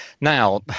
Now